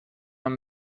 man